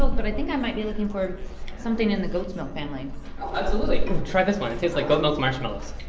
but i think i might be looking for something in the goat's milk family absolutely. try this one. it tastes like goat's milk marshmallows.